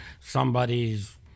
somebody's